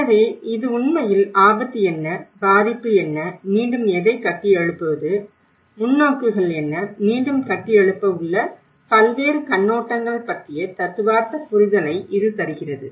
எனவே இது உண்மையில் ஆபத்து என்ன பாதிப்பு என்ன மீண்டும் எதை கட்டியெழுப்புவது முன்னோக்குகள் என்ன மீண்டும் கட்டியெழுப்ப உள்ள பல்வேறு கண்ணோட்டங்கள் பற்றிய தத்துவார்த்த புரிதலை இது தருகிறது